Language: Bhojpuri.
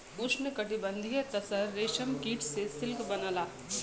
उष्णकटिबंधीय तसर रेशम कीट से सिल्क बनला